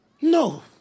No